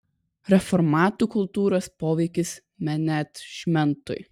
reformatų kultūros poveikis menedžmentui